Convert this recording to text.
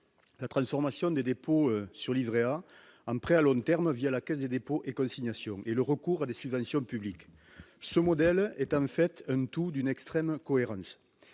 la transformation des dépôts sur livrets A un prêt à long terme, via la Caisse des dépôts et consignations et le recours à des subventions publiques, ce modèle est un fait tout d'une extrême cohérence